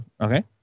Okay